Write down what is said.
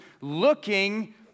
looking